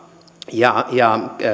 ja ja